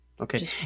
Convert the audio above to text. Okay